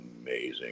amazing